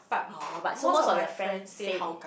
orh but so most of your friends stay in